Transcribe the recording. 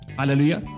Hallelujah